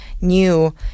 new